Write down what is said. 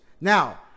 Now